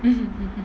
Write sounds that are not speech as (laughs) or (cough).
(laughs)